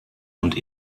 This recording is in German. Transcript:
und